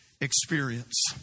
experience